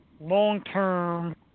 long-term